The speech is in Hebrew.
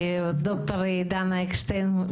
ד"ר דנה אקשטיין,